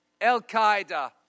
Al-Qaeda